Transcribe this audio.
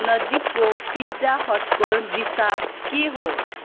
नजिकको पिज्जा हटको दिशा के हो